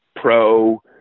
pro